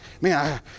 Man